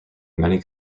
many